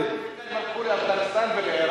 אני יודע למה האמריקנים הלכו לאפגניסטן ולעירק,